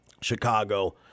Chicago